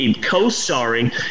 Co-starring